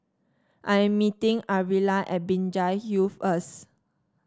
I am meeting Arvilla at Binjai Hill first